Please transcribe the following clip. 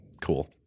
Cool